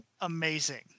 amazing